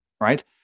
Right